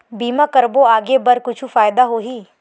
बीमा करबो आगे बर कुछु फ़ायदा होही?